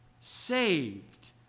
saved